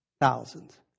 thousands